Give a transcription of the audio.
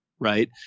Right